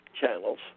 channels